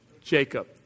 Jacob